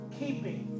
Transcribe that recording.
keeping